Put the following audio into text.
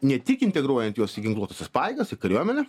ne tik integruojant juos į ginkluotąsias pajėgas į kariuomenę